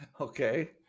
okay